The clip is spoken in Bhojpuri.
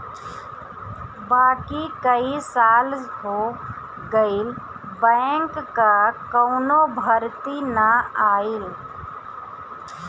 बाकी कई साल हो गईल बैंक कअ कवनो भर्ती ना आईल